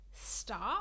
Stop